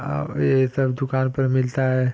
और यही सब दुकान पर मिलता है